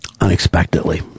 unexpectedly